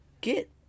Get